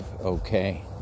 okay